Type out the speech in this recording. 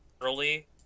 early